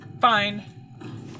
Fine